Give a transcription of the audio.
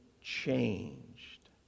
changed